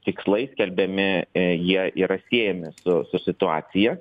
tikslai skelbiami jie yra siejami su su situacija